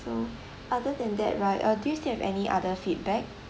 so other than that right uh do you still have any other feedback